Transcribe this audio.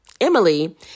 Emily